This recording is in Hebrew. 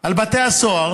על בתי הסוהר,